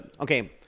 okay